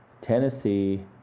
Tennessee